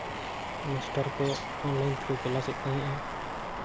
master ᱠᱚ online ᱛᱮᱠᱚ ᱠᱞᱟᱥᱮᱫ ᱛᱟᱦᱮᱸᱜᱼᱟ